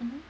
mmhmm